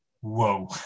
Whoa